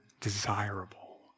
desirable